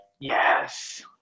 yes